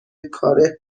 کار